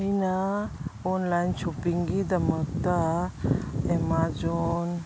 ꯑꯩꯅ ꯑꯣꯟꯂꯥꯏꯟ ꯁꯣꯞꯄꯤꯡꯒꯤꯗꯃꯛꯇ ꯑꯥꯃꯥꯖꯣꯟ